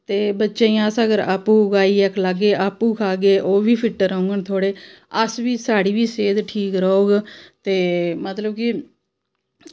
ते बच्चें गी अस अगर आपूं उगाइयै खलागै आपूं खागै ओह् बी फिट रौंह्ङन थोह्ड़े अस बी साढ़ी बी सेह्त ठीक रौह्ग ते मतलब कि